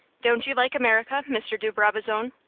don't you like america, mr. de brabazon?